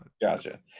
Gotcha